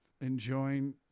enjoying